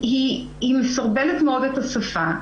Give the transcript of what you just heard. מסרבלת מאוד את השפה.